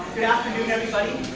good afternoon everybody.